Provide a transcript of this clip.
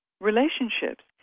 relationships